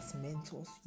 mentors